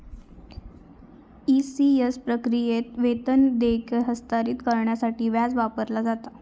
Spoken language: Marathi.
ई.सी.एस प्रक्रियेत, वेतन देयके हस्तांतरित करण्यासाठी व्याज वापरला जाता